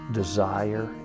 desire